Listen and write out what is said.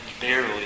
barely